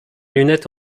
lunettes